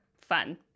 fun